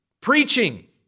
Preaching